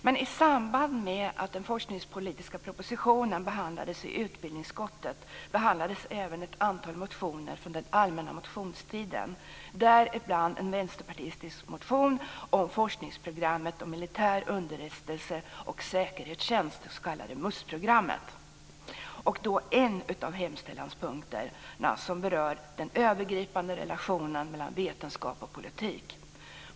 Men i samband med att den forskningspolitiska propositionen behandlades i utbildningsutskottet behandlades även ett antal motioner från den allmänna motionstiden, däribland en vänsterpartistisk motion om forskningsprogrammet om militär underrättelse och säkerhetstjänst, det s.k. MUST programmet, varav en av hemställanspunkterna berör den övergripande relationen mellan vetenskap och politik.